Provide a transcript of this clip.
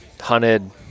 hunted